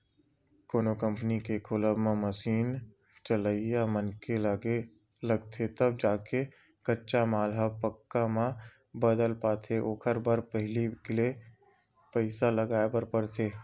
कोनो कंपनी के खोलब म मसीन चलइया मनखे लगथे तब जाके कच्चा माल ह पक्का म बदल पाथे ओखर बर पहिली ले पइसा लगाय बर परथे